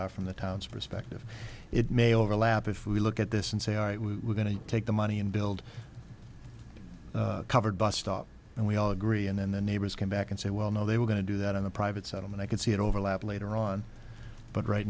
are from the towns perspective it may overlap if we look at this and say i was going to take the money and build a covered bus stop and we all agree and then the neighbors came back and said well no they were going to do that in a private settlement i can see an overlap later on but right